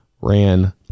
ran